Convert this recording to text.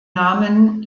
namen